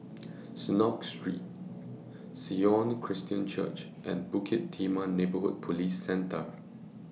Synagogue Street Sion Christian Church and Bukit Timah Neighbourhood Police Centre